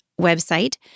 website